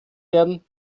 werden